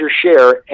share